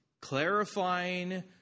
clarifying